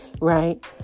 right